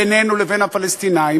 בינינו לבין הפלסטינים.